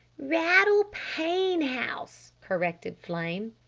rattle pane house, corrected flame.